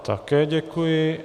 Také děkuji.